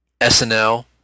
SNL